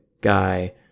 guy